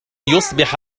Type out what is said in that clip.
يصبح